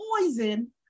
poison